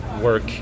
work